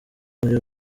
muri